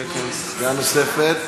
הצעה נוספת,